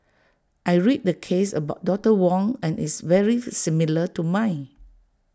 I read the case about doctor Wong and it's very similar to mine